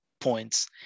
points